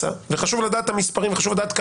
חשוב לדעת את המספרים וחשוב לדעת על